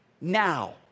now